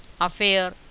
affair